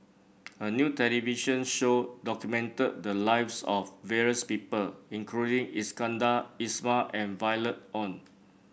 a new television show documented the lives of various people including Iskandar Ismail and Violet Oon